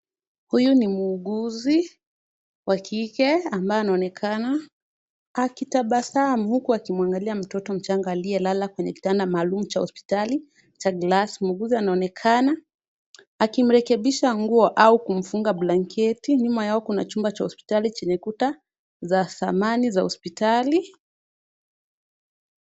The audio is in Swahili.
Huyu ni muuguzi wa kike ambaye anaonekana akitabasamu huku akimwangalia mtoto mchanga aliyelala kwenye kitanda maalum cha hospitali cha glasi. Muuguzi anaonekana akimrekebisha nguo au kumfunga blanketi. Nyuma yao kuna chumba cha hospitali chenye kuta za samani za hospitali.